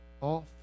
off